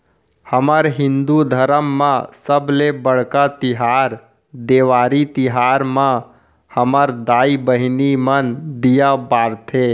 हमर हिंदू धरम म सबले बड़का तिहार देवारी तिहार म हमर दाई बहिनी मन दीया बारथे